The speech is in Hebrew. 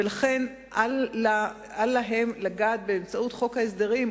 ולכן אל להם לגעת בה באמצעות חוק ההסדרים,